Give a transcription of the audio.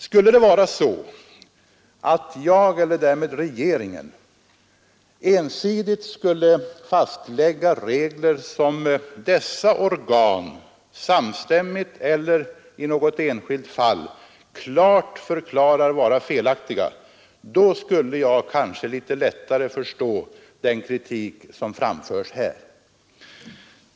Skulle det vara så att jag och därmed regeringen ensidigt skulle fastlägga regler som dessa organ samstämmigt eller i något enskilt fall klart förklarar vara felaktiga, då skulle jag kanske litet lättare förstå den kritik som framförs här.